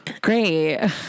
great